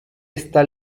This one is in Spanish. está